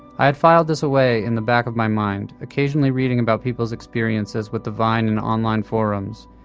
i had filed this away in the back of my mind, occasionally reading about people's experiences with the vine in online forums,